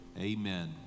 amen